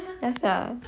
ya sia